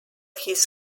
his